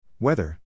Weather